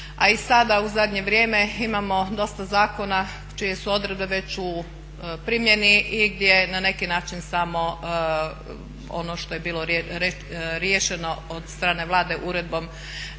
A i sada u zadnje vrijeme imamo dosta zakona čije su odredbe već u primjeni i gdje na neki način samo ono što je bilo riješeno od strane Vlade uredbom